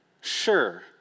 Sure